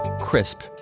crisp